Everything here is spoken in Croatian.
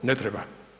Ne treba.